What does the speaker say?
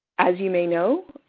as you may know,